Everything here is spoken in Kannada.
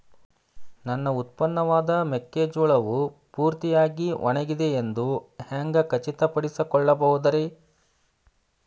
ನನ್ನ ಉತ್ಪನ್ನವಾದ ಮೆಕ್ಕೆಜೋಳವು ಪೂರ್ತಿಯಾಗಿ ಒಣಗಿದೆ ಎಂದು ಹ್ಯಾಂಗ ಖಚಿತ ಪಡಿಸಿಕೊಳ್ಳಬಹುದರೇ?